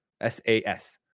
s-a-s